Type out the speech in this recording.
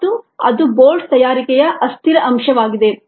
ಮತ್ತು ಅದು ಬೋಲ್ಟ್ ತಯಾರಿಕೆಯಲ್ಲಿ ಅಸ್ಥಿರ ಅಂಶವಾಗಿದೆ